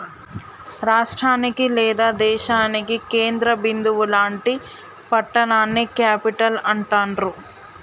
రాష్టానికి లేదా దేశానికి కేంద్ర బిందువు లాంటి పట్టణాన్ని క్యేపిటల్ అంటాండ్రు